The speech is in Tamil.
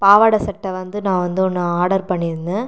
பாவாடை சட்டை வந்து நான் வந்து ஒன்று ஆர்டர் பண்ணியிருந்தேன்